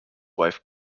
wife